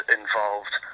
involved